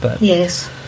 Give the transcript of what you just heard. Yes